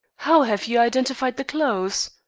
how have you identified the clothes?